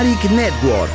Network